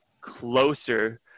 closer